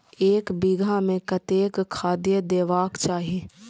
एक बिघा में कतेक खाघ देबाक चाही?